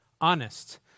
Honest